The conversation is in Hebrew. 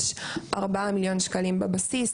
יש 4 מיליון שקלים בבסיס,